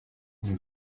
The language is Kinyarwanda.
ibi